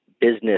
business